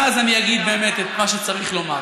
ואז אני אגיד באמת את מה שצריך לומר,